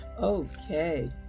Okay